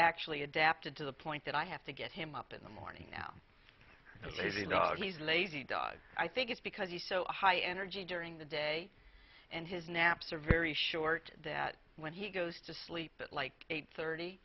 actually adapted to the point that i have to get him up in the morning now he's lazy dog i think it's because he's so high energy during the day and his naps are very short that when he goes to sleep at like eight thirty